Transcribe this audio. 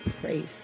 pray